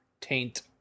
taint